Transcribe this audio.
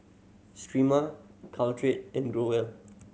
Sterimar Caltrate and Growell